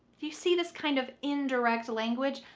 you see this kind of indirect language?